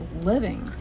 living